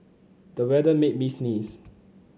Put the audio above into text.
the weather made me sneeze